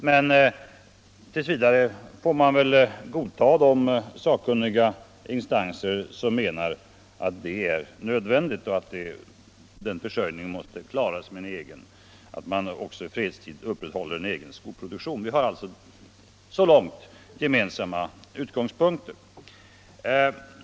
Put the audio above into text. Men t. v. får man godta de sakkunniga instanser som menar att det är nödvändigt att även i fredstid upprätthålla en egen skoproduktion. Så långt har vi gemensamma utgångspunkter.